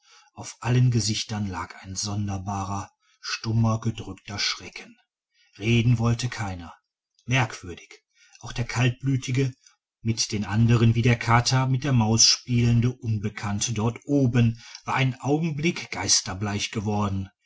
auf allen gesichtern lag ein sonderbarer stummer gedrückter schrecken reden wollte keiner merkwürdig auch der kaltblütige mit den anderen wie der kater mit der maus spielende unbekannte dort oben war einen augenblick geisterbleich geworden